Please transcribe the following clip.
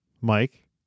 Mike